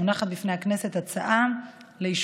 תקנות מכוח סעיף 10